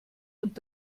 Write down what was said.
und